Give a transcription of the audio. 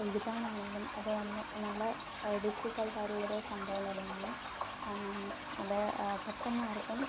എഴുതാനാണെങ്കിലും അത് നൽ നല്ല ഡിഫിക്കൾട്ടായിട്ടുള്ളൊരു സംഭവം തന്നെയാണ് അത് പെട്ടെന്നാർക്കും